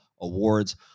awards